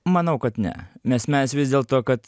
manau kad ne nes mes vis dėl to kad